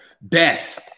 Best